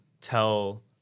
tell